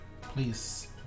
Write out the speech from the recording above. please